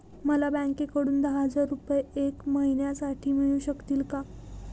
मला बँकेकडून दहा हजार रुपये एक महिन्यांसाठी मिळू शकतील का?